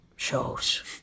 Shows